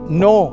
no